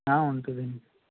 ఉంటుంది అండీ